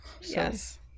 yes